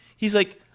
he's like,